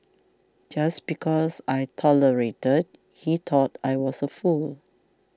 just because I tolerated he thought I was a fool